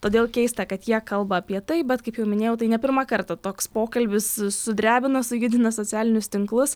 todėl keista kad jie kalba apie tai bet kaip jau minėjau tai ne pirmą kartą toks pokalbis sudrebino sujudino socialinius tinklus